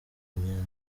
imyanda